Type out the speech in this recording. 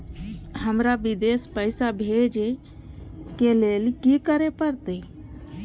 हमरा विदेश पैसा भेज के लेल की करे परते?